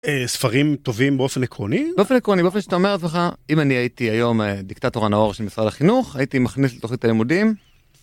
ספרים טובים באופן עקרוני באופן עקרוני באופן שאתה אומר לעצמך אם אני הייתי היום דיקטטור הנאור של משרד החינוך הייתי מכניס לתכונית הלימודים.